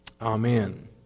Amen